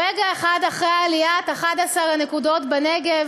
רגע אחד אחרי עליית 11 הנקודות בנגב,